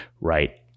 right